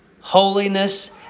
Holiness